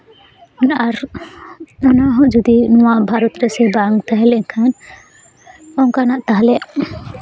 ᱢᱟᱱᱮ ᱟᱨᱦᱚᱸ ᱱᱚᱣᱟ ᱦᱚᱸ ᱡᱩᱫᱤ ᱱᱚᱣᱟ ᱵᱷᱟᱨᱚᱛ ᱨᱮᱥᱮ ᱵᱟᱝ ᱛᱟᱦᱮᱸ ᱞᱮᱱᱠᱷᱟᱱ ᱚᱱᱠᱟᱱᱟᱜ ᱛᱟᱦᱚᱞᱮ